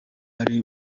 bari